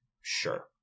sure